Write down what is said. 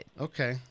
okay